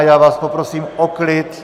Já vás poprosím o klid.